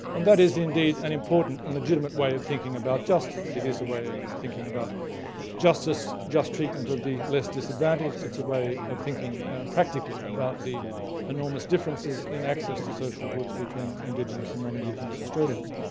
and that is indeed an important and legitimate way of thinking about justice. it is a way of thinking about justice, just treatment of the less advantaged it's a way of thinking practically about the enormous differences in access to social goods between indigenous and non-indigenous australians.